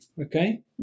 okay